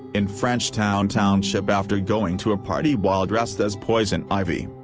in frenchtown township after going to a party while dressed as poison ivy.